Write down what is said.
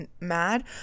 mad